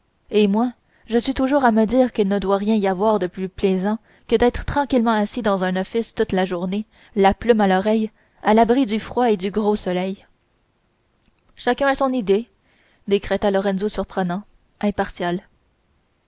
et moi je suis toujours à me dire qu'il ne doit rien y avoir de plus plaisant que d'être tranquillement assis dans un office toute la journée la plume à l'oreille à l'abri du froid et du gros soleil chacun a son idée décréta lorenzo surprenant impartial